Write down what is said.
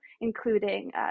including